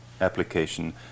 application